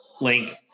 Link